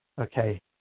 Okay